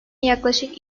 yaklaşık